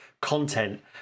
content